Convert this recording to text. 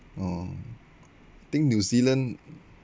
oh think New Zealand